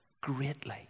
greatly